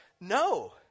No